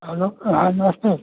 hello हाँ नमस्ते